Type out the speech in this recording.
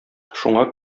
шуңа